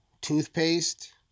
Toothpaste